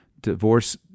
divorce